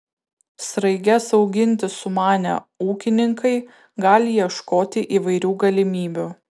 sraiges auginti sumanę ūkininkai gali ieškoti įvairių galimybių